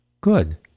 good